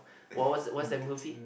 wh~ what's what's that movie